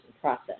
process